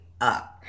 up